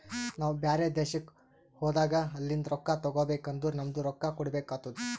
ನಾವು ಬ್ಯಾರೆ ದೇಶ್ಕ ಹೋದಾಗ ಅಲಿಂದ್ ರೊಕ್ಕಾ ತಗೋಬೇಕ್ ಅಂದುರ್ ನಮ್ದು ರೊಕ್ಕಾ ಕೊಡ್ಬೇಕು ಆತ್ತುದ್